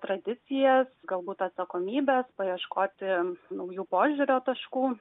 tradicijas galbūt atsakomybes paieškoti naujų požiūrio taškų